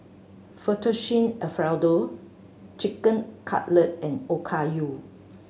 Fettuccine Alfredo Chicken Cutlet and Okayu